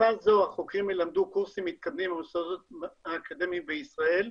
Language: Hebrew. בתקופה זו החוקרים ילמדו קורסים מתקדמים במוסדות האקדמיים בישראל,